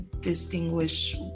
distinguish